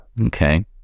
okay